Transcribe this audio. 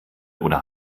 oder